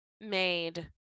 made